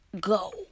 go